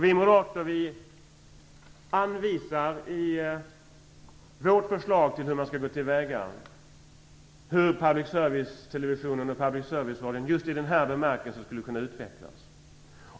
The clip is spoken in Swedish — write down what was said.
Vi moderater anvisar i vårt förslag till hur man skall gå till väga hur public service-televisionen och public service-radion just i den här bemärkelsen skulle kunna utvecklas.